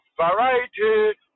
variety